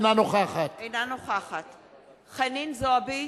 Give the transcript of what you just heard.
אינה נוכחת חנין זועבי,